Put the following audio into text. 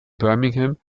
birmingham